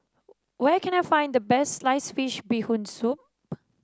where can I find the best Sliced Fish Bee Hoon Soup